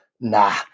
nah